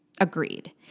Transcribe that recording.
agreed